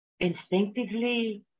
instinctively